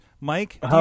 mike